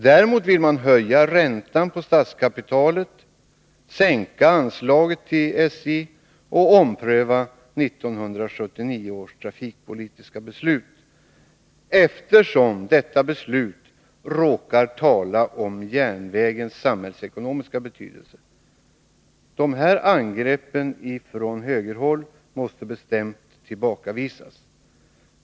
Däremot vill man höja räntan på statskapitalet, sänka anslaget till SJ och ompröva 1979 års trafikpolitiska beslut, eftersom detta beslut råkade tala om järnvägens samhällsekonomiska betydelse. Dessa angrepp från högerhåll måste bestämt tillbakavisas.